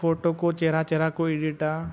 photo ᱠᱚ ᱪᱮᱦᱨᱟ ᱪᱮᱦᱨᱟ ᱠᱚ ᱤᱰᱤᱴᱟ